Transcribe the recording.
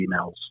emails